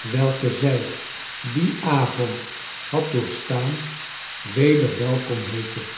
welke zij dien avond had doorgestaan weder welkom heette